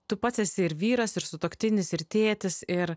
tu pats esi ir vyras ir sutuoktinis ir tėtis ir